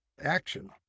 action